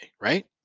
right